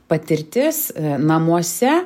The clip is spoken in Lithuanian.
patirtis namuose